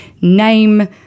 name